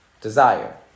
desire